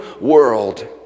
world